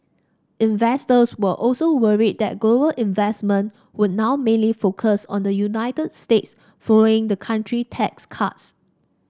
investors were also worried that global investment would now mainly focused on the United States following the country tax cuts